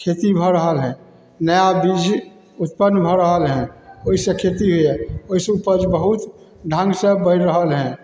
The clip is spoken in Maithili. खेती भऽ रहल हेँ नया बीज उत्पन्न भऽ रहल हेँ ओहिसे खेती होइए ओहिसे उपज बहुत ढङ्गसे बढ़ि रहल हेँ